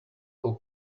our